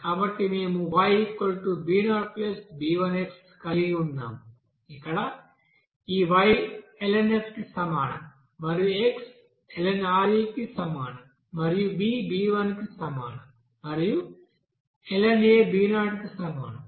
కాబట్టి మేము Yb0b1x కలిగి ఉన్నాము ఇక్కడ ఈ y lnf కి సమానం మరియు x lnRe కి సమానం మరియు b b1 కి సమానం మరియు ln b0 కి సమానం